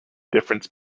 difference